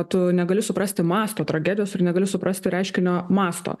tu negali suprasti masto tragedijos ir negali suprasti reiškinio masto